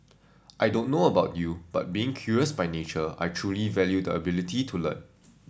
I don't know about you but being curious by nature I truly value the ability to learn